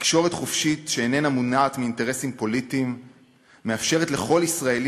תקשורת חופשית שאינה מונעת מאינטרסים פוליטיים מאפשרת לכל ישראלי